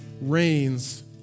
reigns